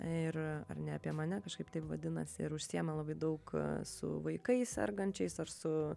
ir a ar ne apie mane kažkaip taip vadinasi ir užsiima labai daug su vaikais sergančiais ar su